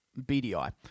BDI